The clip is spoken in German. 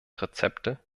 rezepte